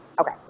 okay